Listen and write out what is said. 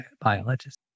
biologist